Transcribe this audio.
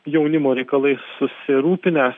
jaunimo reikalais susirūpinęs